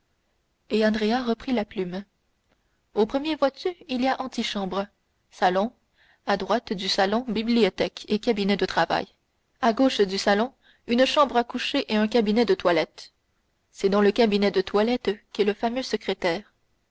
reprit la plume au premier vois-tu il y a antichambre salon à droite du salon bibliothèque et cabinet de travail à gauche du salon une chambre à coucher et un cabinet de toilette c'est dans le cabinet de toilette qu'est le fameux secrétaire